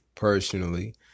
Personally